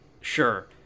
Sure